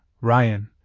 Ryan